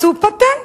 מצאו פטנט.